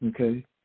okay